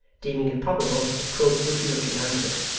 deeming it probable that quilp would be looking out of it.